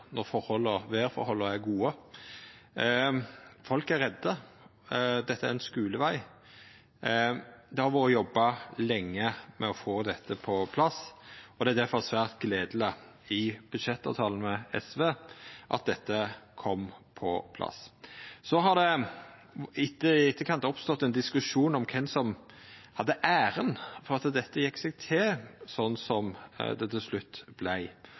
når verforholda er gode. Folk er redde. Dette er ein skuleveg. Det har vore jobba lenge med å få dette på plass, og det er difor svært gledeleg at dette kom på plass i budsjettavtalen med SV. I etterkant har det oppstått ein diskusjon om kven som har æra for at dette gjekk seg til sånn det til slutt